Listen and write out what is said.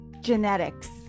Genetics